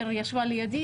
אחר צהריים טובים,